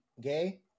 Gay